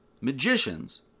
magicians